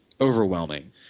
overwhelming